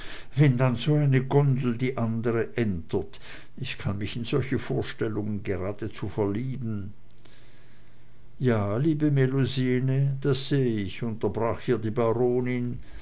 wenn dann so eine gondel die andre entert ich kann mich in solche vorstellungen geradezu verlieben ja liebe melusine das seh ich unterbrach hier die baronin